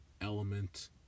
element